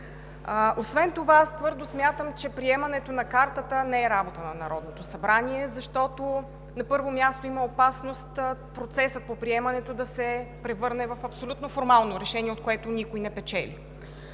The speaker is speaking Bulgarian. Освен това аз твърдо смятам, че приемането на Картата не е работа на Народното събрание, защото, на първо място, има опасност процесът по приемането да се превърне в абсолютно формално решение, от което никой не печели.